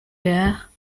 heures